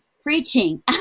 preaching